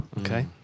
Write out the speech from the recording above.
Okay